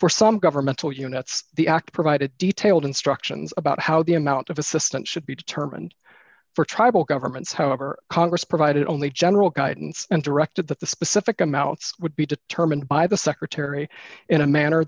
for some governmental units the act provided detailed instructions about how the amount of assistance should be determined for tribal governments however congress provided only general guidance and directed that the specific amounts would be determined by the secretary in a manner